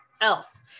Else